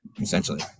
essentially